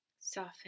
Soften